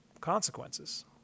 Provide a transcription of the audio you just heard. consequences